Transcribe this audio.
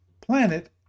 planet